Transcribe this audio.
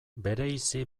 bereizi